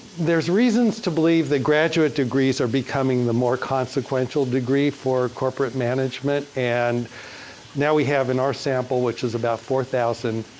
there's reasons to believe that graduate degrees are becoming the more consequential degree for corporate management. and now we have in our sample, which is about four thousand,